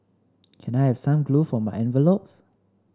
can I have some glue for my envelopes